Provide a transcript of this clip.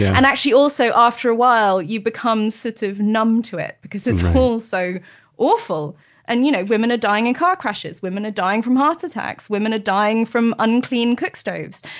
and actually also after a while you become sort of numb to it because it's all so awful and you know women are dying in car crashes, women are dying from heart attacks, women are dying from unclean cookstoves.